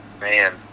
man